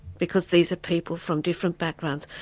because these are people from different backgrounds.